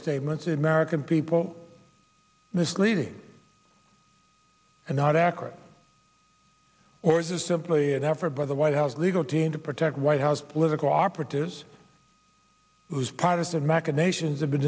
statements in american people misleading and not accurate or is it simply an effort by the white house legal team to protect white house political operatives whose partisan machinations have been